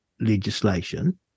legislation